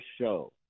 show